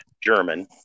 German